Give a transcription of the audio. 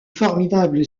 formidable